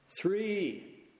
Three